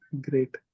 Great